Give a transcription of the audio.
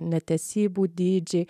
netesybų dydžiai